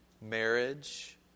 Marriage